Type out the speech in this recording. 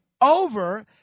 over